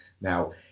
now